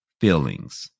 feelings